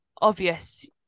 obvious